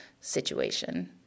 situation